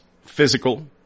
physical